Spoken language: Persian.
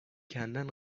کندن